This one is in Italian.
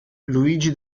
luigi